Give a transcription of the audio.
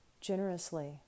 generously